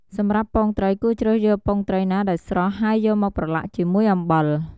សម្រាប់ពងត្រី គួរជ្រើសយកពងត្រីណាដែលស្រស់ ហើយយកមកប្រឡាក់ជាមួយអំបិល។